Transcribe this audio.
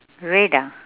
red ah